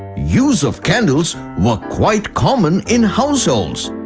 use of candles were quite common in households.